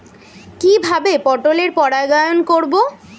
কিভাবে পটলের পরাগায়ন করব?